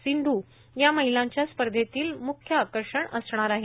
सिंधू या महिलांच्या स्पर्धेतील म्ख्य आकर्षण असणार आहे